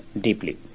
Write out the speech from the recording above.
deeply